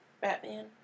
Batman